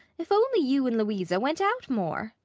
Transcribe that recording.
if only you and louisa went out more!